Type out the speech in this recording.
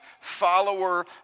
follower